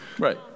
Right